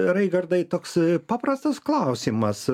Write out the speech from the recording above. raigardai toks paprastas klausimas